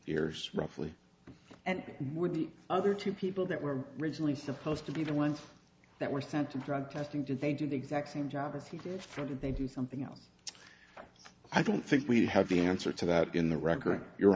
years roughly and would the other two people that were originally supposed to be the ones that were sent to drug testing did they do the exact same job as he confronted they do something else i don't think we have the answer to that in the record your